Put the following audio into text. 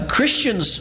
Christians